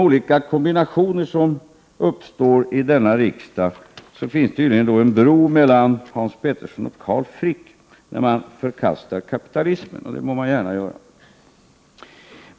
Olika kombinationer uppstår i denna riksdag, och det finns tydligen en bro mellan Hans Petersson och Carl Frick när man förkastar kapitalismen. Det må man gärna göra.